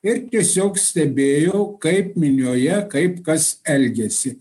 ir tiesiog stebėjau kaip minioje kaip kas elgiasi